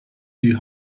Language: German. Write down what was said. die